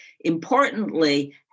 Importantly